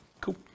Cool